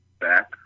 back